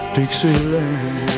Dixieland